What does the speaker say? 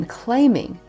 claiming